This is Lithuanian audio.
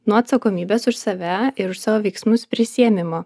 nuo atsakomybės už save ir savo veiksmus prisiėmimo